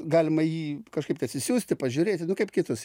galima jį kažkaip tai atsisiųsti pažiūrėti kaip kitus